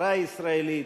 ההסברה הישראלית,